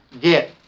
Get